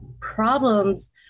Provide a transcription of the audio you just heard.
problems